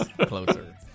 closer